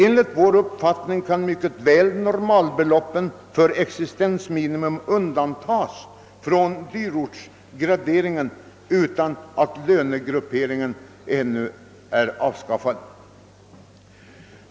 Enligt vår uppfattning kan normalbeloppen för existensminimum mycket väl undantas från dyrortsgraderingen utan att lönegrupperingen ännu är avskaffad.